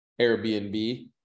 Airbnb